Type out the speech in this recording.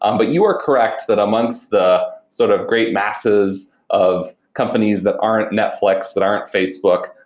um but you are correct, that amongst the sort of great masses of companies that aren't netflix, that aren't facebook,